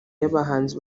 y’abahanzi